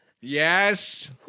Yes